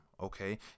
okay